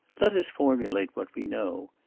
let us formulate what we know.